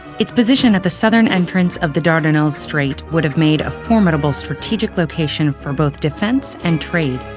its position at the southern entrance of the dardanelles strait would've made a formidable strategic location for both defense and trade.